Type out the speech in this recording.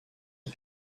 est